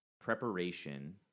preparation